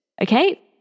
Okay